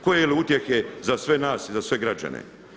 Koje li utjehe za sve nas i za sve građane!